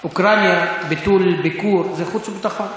אוקראינה, ביטול ביקור, זה החוץ והביטחון.